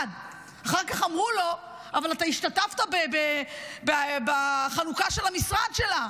1. אחר כך אמרו לו: אבל אתה השתתפת בחנוכה של המשרד שלה.